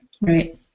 Right